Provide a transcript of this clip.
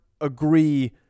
agree